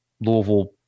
Louisville